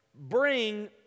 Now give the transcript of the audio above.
bring